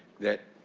that.